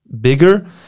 bigger